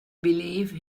believe